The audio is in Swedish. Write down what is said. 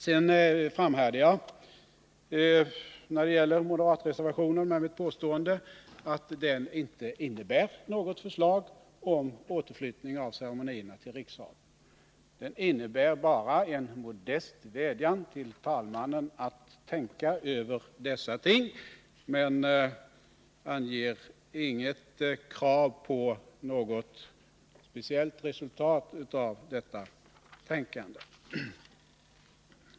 Sedan framhärdar jag med mitt påstående när det gäller moderatreservationen, nämligen att den inte innebär något förslag om återflyttning av ceremonierna till rikssalen. Den innebär bara en modest vädjan till talmannen att tänka över dessa ting men anger inget krav på något speciellt resultat av detta tänkande.